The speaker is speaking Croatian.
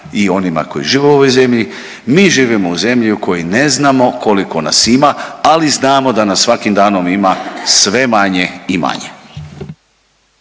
i onima koji žive u ovoj zemlji, mi živimo u zemlji u kojoj ne znamo koliko nas ima, ali znamo da nas svakim danom ima sve manje i manje.